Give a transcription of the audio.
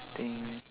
I think